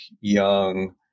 young